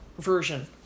version